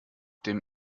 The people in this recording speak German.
dem